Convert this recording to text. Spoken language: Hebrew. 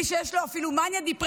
מי שיש לו אפילו מאניה-דפרסיה,